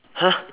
!huh!